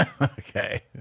Okay